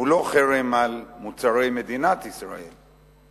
לא חרם על מוצרי מדינת ישראל.